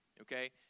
okay